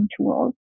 tools